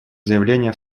заявление